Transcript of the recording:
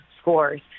scores